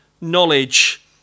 knowledge